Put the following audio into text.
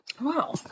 Wow